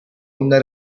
una